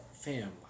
fam